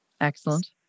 Excellent